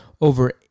over